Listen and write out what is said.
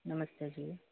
ਨਮਸਤੇ ਜੀ